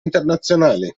internazionali